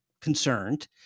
concerned